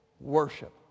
Worship